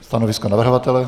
Stanovisko navrhovatele?